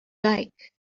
like